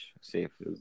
Safe